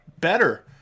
better